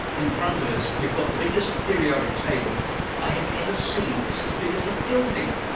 in front of us you've got the biggest periodic table i have ever seen. it's as big as a building.